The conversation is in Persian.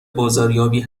بازاریابی